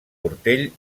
portell